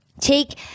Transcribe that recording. Take